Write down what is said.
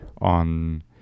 On